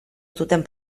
zuten